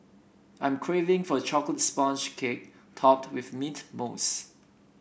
I'm craving for chocolate sponge cake topped with mint mousse